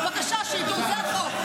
בבקשה שידעו מה החוק.